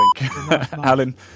Alan